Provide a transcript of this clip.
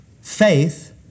faith